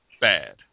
bad